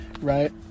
right